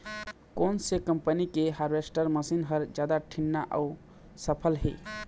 कोन से कम्पनी के हारवेस्टर मशीन हर जादा ठीन्ना अऊ सफल हे?